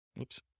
Oops